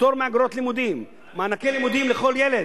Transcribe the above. פטור מאגרות לימודים, מענקי לימודים לכל ילד.